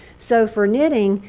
so for knitting,